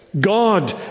God